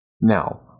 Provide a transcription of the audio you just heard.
Now